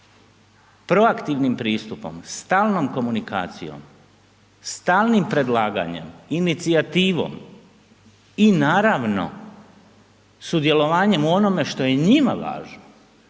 proaktivnim pristupom, stalnom komunikacijom, stalnim predlaganjem, inicijativom i naravno sudjelovanjem u onome što je njima važno,